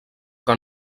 que